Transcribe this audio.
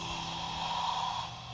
oh